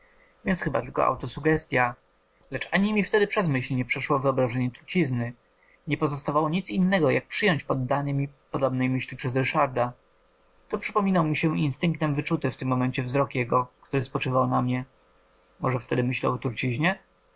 więc chyba autosuggestya lecz ani mi wtedy przez myśl nie przeszło wyobrażenie trucizny nie pozostawało nic innego jak przyjąć poddanie mi podobnej myśli przez ryszarda tu przypomniał mi się instynktem wyczuty w tym momencie wzrok jego który spoczywał na mnie może wtedy myślał o truciźnie kto wie